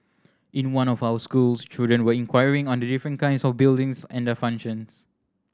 in one of our schools children were inquiring on the different kinds of buildings and their functions